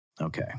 Okay